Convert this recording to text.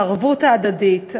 הערבות ההדדית,